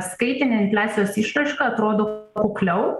skaitine infliacijos išraiška atrodo kukliau